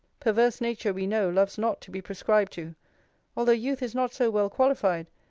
perverse nature, we know, loves not to be prescribed to although youth is not so well qualified,